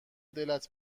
دلت